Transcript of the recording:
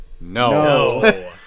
No